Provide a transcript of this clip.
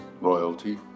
loyalty